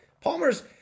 Palmer's